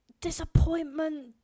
disappointment